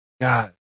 god